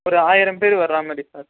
ஒரு ஆயிரம் பேர் வர்ற மாதிரி சார்